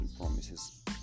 promises